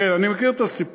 כן, אני מכיר את הסיפור.